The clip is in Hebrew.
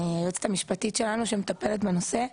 היועצת המשפטית שלנו שמטפלת בנושא,